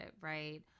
right